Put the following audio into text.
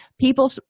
people